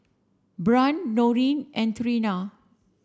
Brant Noreen and Trina